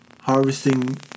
harvesting